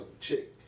chick